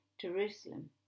Jerusalem